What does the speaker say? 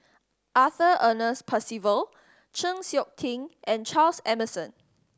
Arthur Ernest Percival Chng Seok Tin and Charles Emmerson